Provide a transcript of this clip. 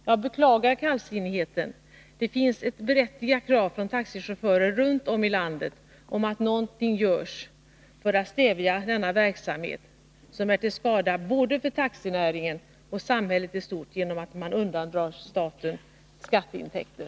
Jag beklagar kallsinnigheten. Det finns ett berättigat krav från taxichaufförer runt om i landet på att något görs för att stävja denna verksamhet, som är till skada både för taxinäringen och för samhället i stort genom att man undandrar staten skatteintäkter.